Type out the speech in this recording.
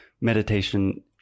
meditation